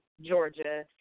Georgia